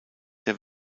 der